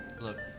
Look